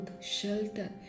shelter